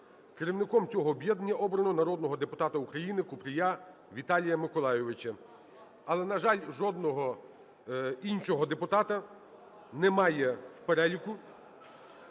Керівником цього об'єднання обрано народного депутата України Купрія Віталія Миколайовича. Але, на жаль, жодного іншого депутата немає в переліку.